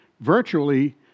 virtually